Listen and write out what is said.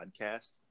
podcast